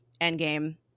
Endgame